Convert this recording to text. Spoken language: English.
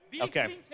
okay